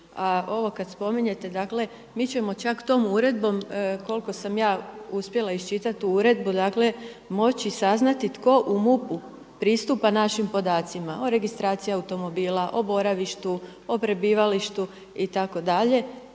ovo kada spominjete dakle mi ćemo čak tom uredbom koliko sam ja uspjela iščitati tu uredbu moći saznati tko u MUP-u pristupa našim podacima o registraciji automobila, o boravištu, o prebivalištu itd.